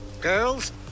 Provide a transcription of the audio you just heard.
girls